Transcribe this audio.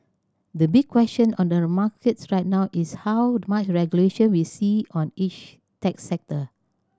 the big question on the markets right now is how much regulation we see on each tech sector